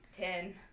Ten